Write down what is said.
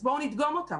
אז בואו לדגום אותם.